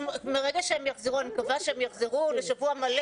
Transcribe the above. מהרגע שהם יחזרו אני מקווה שהם יחזרו לשבוע מלא